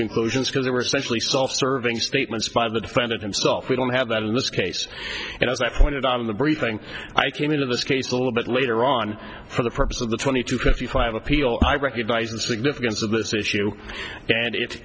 conclusions because they were essentially self serving statements by the defendant himself we don't have that in this case and as i pointed out in the briefing i came into this case a little bit later on for the purpose of the twenty to fifty five appeal i recognize the significance of this issue and it